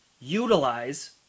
utilize